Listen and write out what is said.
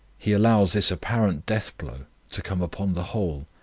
he allows this apparent death-blow to come upon the whole.